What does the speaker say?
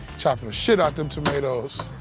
chopping the shit out them tomatoes.